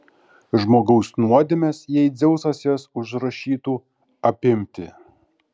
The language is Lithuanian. žmogaus nuodėmes jei dzeusas jas užrašytų apimti